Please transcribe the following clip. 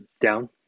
down